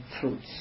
fruits